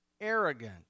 arrogant